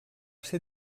ser